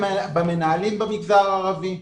במנהלים במגזר הערבי,